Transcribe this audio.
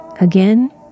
again